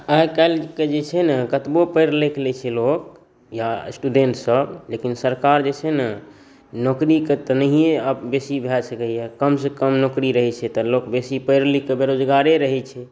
आइकाल्हिके छै ने कतबौ पढ़ि लिखि लै छै लोक या स्टूडेन्ट्ससब लेकिन सरकार जे छै ने नौकरीके तऽ नहिए आब बेसी भऽ सकैए कमसँ कम नौकरी रहै छै तऽ लोक बेसी पढ़ि लिखिकऽ बेरोजगारे रहै छै